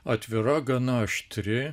atvira gana aštri